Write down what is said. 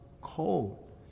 cold